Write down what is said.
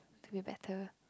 to be better